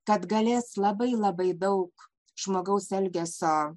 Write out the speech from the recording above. kad galės labai labai daug žmogaus elgesio